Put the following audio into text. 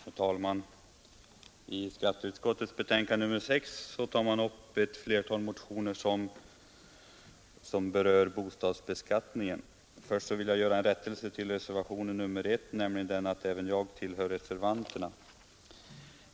Herr talman! I skatteutskottets betänkande nr 6 tar man i ett flertal motioner upp frågor som har anknytning till bostadsbeskattningen. Först vill jag göra en rättelse beträffande reservationen 1, nämligen den att även jag tillhör reservanterna.